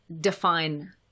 define